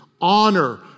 honor